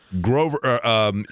Grover—